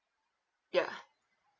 ya